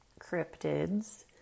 cryptids